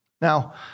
Now